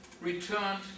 returned